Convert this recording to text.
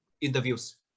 interviews